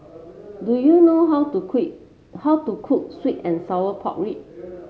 do you know how to quick how to cook sweet and Sour Pork Ribs